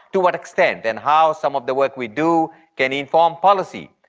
to what extent? and how some of the work we do can involve policy.